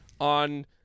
on